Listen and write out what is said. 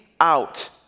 out